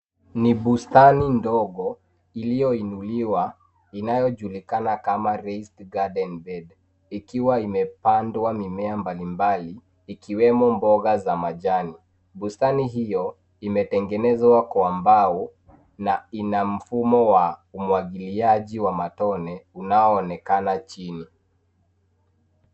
Ni bustani ndogo iliyoinuliwa inayojulikana kama raised garden bed ikiwa imepandwa mimea mbalimbali ikiwemo mboga za majani. Bustani hiyo imetengenezwa kwa mbao na ina mfumo wa umwagiliaji wa matone unaoonekana chini.